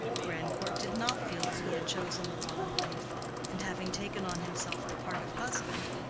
grandcourt did not feel that he had chosen the wrong wife and having taken on himself the part of husband,